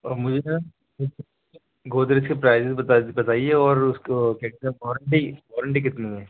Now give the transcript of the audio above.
اور مجھے سر گودریج کے پرائزز بتا بتائیے اور اس کو کیا کہتے ہیں نہیں وارنٹی وارنٹی کتنی ہے